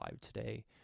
today